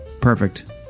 Perfect